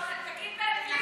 תגיד באנגלית.